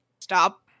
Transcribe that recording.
stop